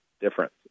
difference